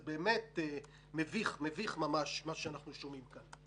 זה מביך, מביך ממש מה שאנחנו שומעים כאן.